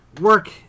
work